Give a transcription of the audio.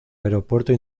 aeropuerto